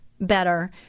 better